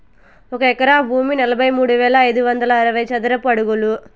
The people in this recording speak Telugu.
ఒక ఎకరా భూమి నలభై మూడు వేల ఐదు వందల అరవై చదరపు అడుగులు